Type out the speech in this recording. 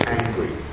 angry